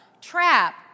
trap